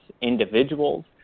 individuals